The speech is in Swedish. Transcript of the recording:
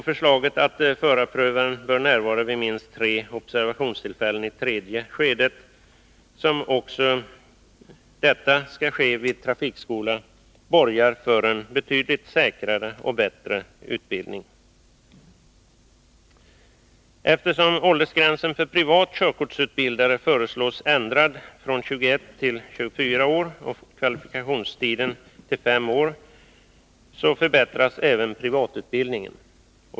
Förslaget att förarprövaren bör närvara vid minst tre observationstillfällen i tredje skedet, som också skall äga rum vid trafikskolan, borgar för en betydligt säkrare och bättre utbildning. Eftersom åldersgränsen för privat körkortsutbildare föreslås ändrad från 21 till 24 år och kvalifikationstiden till fem år, förbättras även privatutbildningen.